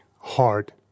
hard